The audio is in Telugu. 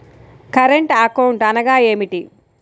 కరెంట్ అకౌంట్ అనగా ఏమిటి?